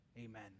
amen